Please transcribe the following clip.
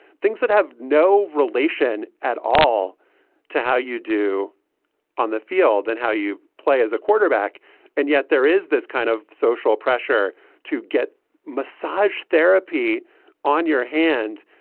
things that have no relation at all to how you do on the field and how you play as a quarterback and yet there is this kind of social pressure to get massage therapy on your hand.